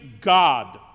God